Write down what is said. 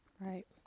Right